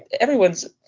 everyone's